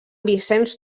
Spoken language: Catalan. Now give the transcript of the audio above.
vicenç